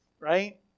right